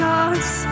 God's